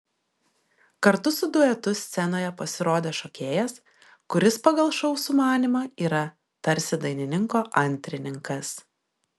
kartu su duetu scenoje pasirodė šokėjas kuris pagal šou sumanymą yra tarsi dainininko antrininkas